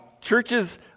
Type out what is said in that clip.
churches